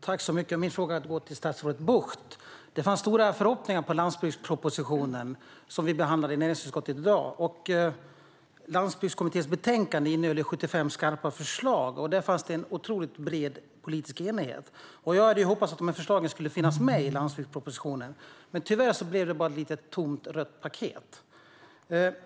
Herr talman! Min fråga går till statsrådet Bucht. Det fanns stora förhoppningar på landsbygdspropositionen som vi behandlade i näringsutskottet i dag. Landsbygdskommitténs betänkande innehöll 75 skarpa förslag, och där fanns det en otroligt bred politisk enighet. Jag hade hoppats att de här förslagen skulle finnas med i landsbygdspropositionen, men tyvärr blev det bara ett litet tomt, rött paket.